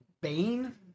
Bane